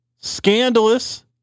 scandalous